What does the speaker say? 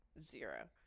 Zero